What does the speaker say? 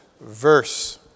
verse